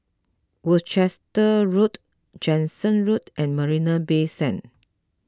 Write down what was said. Worcester Road Jansen Road and Marina Bay Sands